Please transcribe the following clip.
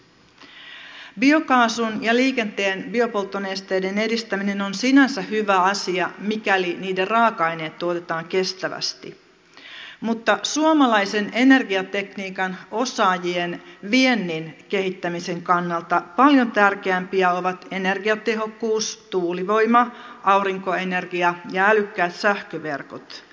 biokaasun ja liikenteen biopolttonesteiden edistäminen on sinänsä hyvä asia mikäli niiden raaka aineet tuotetaan kestävästi mutta suomalaisen energiatekniikan osaajien viennin kehittämisen kannalta paljon tärkeämpiä ovat energiatehokkuus tuulivoima aurinko energia ja älykkäät sähköverkot